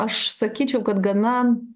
aš sakyčiau kad gana